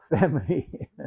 family